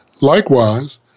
Likewise